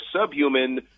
subhuman